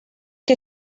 que